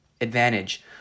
advantage